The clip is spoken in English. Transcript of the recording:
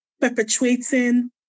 perpetuating